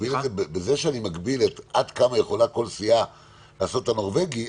בזה שאני מגביל עד כמה יכולה כל סיעה לעשות את הנורבגי,